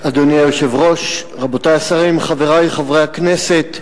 אדוני היושב-ראש, רבותי השרים, חברי חברי הכנסת,